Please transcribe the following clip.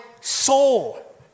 soul